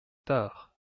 tard